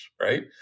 right